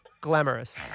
glamorous